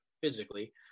physically